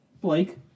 Blake